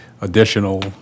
additional